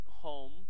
home